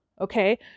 Okay